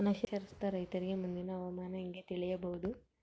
ಅನಕ್ಷರಸ್ಥ ರೈತರಿಗೆ ಮುಂದಿನ ಹವಾಮಾನ ಹೆಂಗೆ ತಿಳಿಯಬಹುದು?